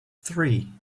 three